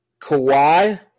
Kawhi